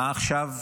מה עכשיו?